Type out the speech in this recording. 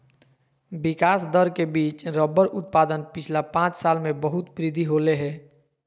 विकास दर के बिच रबर उत्पादन पिछला पाँच साल में बहुत वृद्धि होले हें